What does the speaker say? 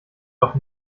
doch